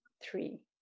three